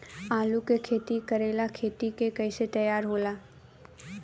आलू के खेती करेला खेत के कैसे तैयारी होला?